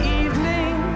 evening